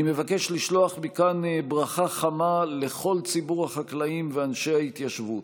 אני מבקש לשלוח מכאן ברכה חמה לכל ציבור החקלאים ואנשי ההתיישבות.